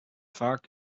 vaak